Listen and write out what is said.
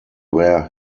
where